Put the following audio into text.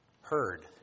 Heard